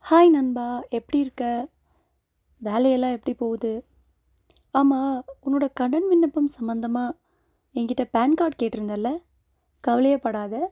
hi நண்பா எப்படி இருக்க வேலையெல்லாம் எப்படி போகுது ஆமாம் உன்னோடய கடன் விண்ணப்பம் சம்பந்தமா என் கிட்டே பேன் கார்ட் கேட்டிருந்தல்ல கவலையேப்படாதே